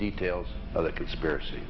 details of the conspiracy